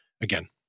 again